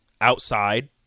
outside